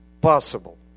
possible